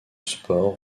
sport